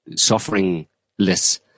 sufferingless